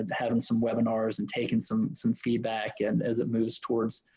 and having some webinars and taking some some feedback. and as it moves towards